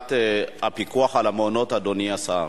שאלת הפיקוח על המעונות, אדוני השר.